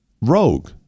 rogue